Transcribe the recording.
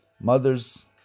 mothers